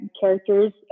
characters